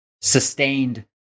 sustained